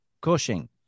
Cushing